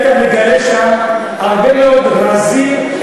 היית מגלה שם הרבה מאוד רזים,